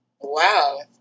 Wow